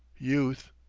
youth.